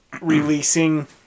releasing